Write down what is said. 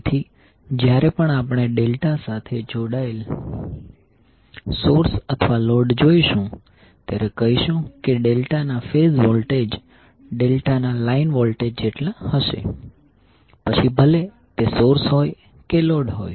તેથી જ્યારે પણ આપણે ડેલ્ટા સાથે જોડાયેલ સોર્સ અથવા લોડ જોઈશું ત્યારે કહીશું કે ડેલ્ટા ના ફેઝ વોલ્ટેજ ડેલ્ટાના લાઇન વોલ્ટેજ જેટલા હશે પછી ભલે તે સોર્સ હોય કે લોડ હોય